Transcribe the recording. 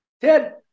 Ted